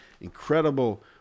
incredible